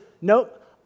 nope